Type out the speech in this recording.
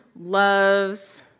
loves